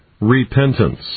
Repentance